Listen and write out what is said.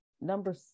number